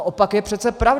Opak je přece pravdou!